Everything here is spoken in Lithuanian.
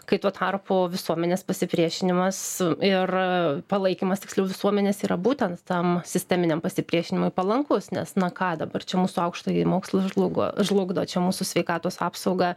kai tuo tarpu visuomenės pasipriešinimas ir palaikymas tiksliau visuomenės yra būtent tam sisteminiam pasipriešinimui palankus nes na ką dabar čia mūsų aukštąjį mokslą žlugo žlugdo čia mūsų sveikatos apsaugą